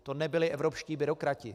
To nebyli evropští byrokrati.